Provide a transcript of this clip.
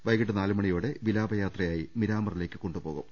വൈകീട്ട് നാല് മണിയോടെ വിലാപ യാത്രയായി മിരാമറിലേക്ക് കൊണ്ടു പോകും